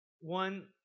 one